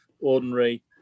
ordinary